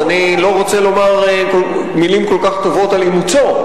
אז אני לא רוצה לומר מלים כל כך טובות על אימוצו.